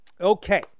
Okay